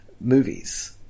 movies